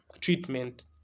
treatment